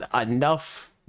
enough